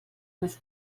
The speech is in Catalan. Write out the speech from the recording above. més